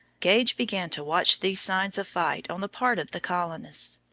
gage began to watch these signs of fight on the part of the colonists.